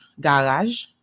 garage